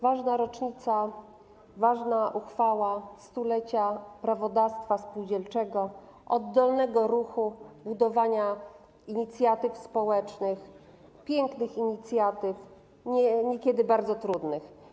Ważna rocznica, ważna uchwała stulecia prawodawstwa spółdzielczego, oddolnego ruchu budowania inicjatyw społecznych, pięknych inicjatyw, niekiedy bardzo trudnych.